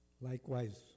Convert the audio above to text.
Likewise